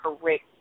correct